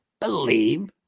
believe